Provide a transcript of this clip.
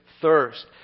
thirst